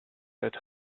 that